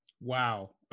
wow